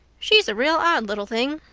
she's a real odd little thing.